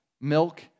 milk